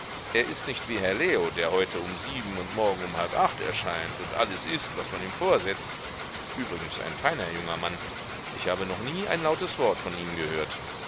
er ist nicht wie herr leo der heute um sieben und morgen um halb acht erscheint und alles ißt was man ihm vorsetzt übrigens ein feiner junger mann ich hab noch nie ein lautes wort von ihm gehört